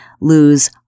lose